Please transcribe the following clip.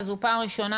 וזו פעם ראשונה,